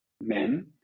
men